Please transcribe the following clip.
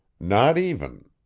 not even.